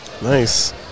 Nice